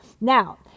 Now